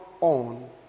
on